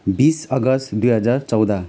बिस अगस्ट दुई हजार चौध